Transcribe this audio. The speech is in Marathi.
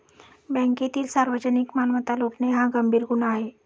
बँकेतील सार्वजनिक मालमत्ता लुटणे हा गंभीर गुन्हा आहे